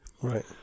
Right